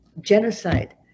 genocide